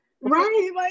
Right